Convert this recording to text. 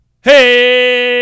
hey